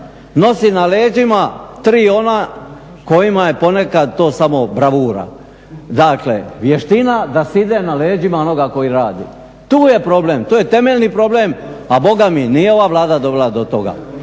nosi na leđima tri ona kojima je ponekad to samo bravura. Dakle, vještina da sjede na leđima onoga koji radi. Tu je problem, to je temeljni problem. A bogami nije ova Vlada dovela do toga,